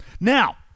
Now